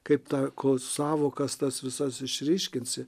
kaip tą kol sąvokas tas visas išryškinsi